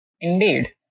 Indeed